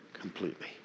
completely